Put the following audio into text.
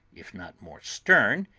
if not more stern,